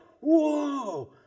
whoa